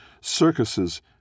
Circuses